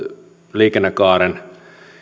liikennekaaren